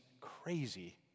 crazy